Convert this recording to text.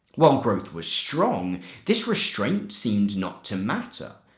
while growth was strong this restraint seemed not to matter.